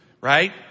Right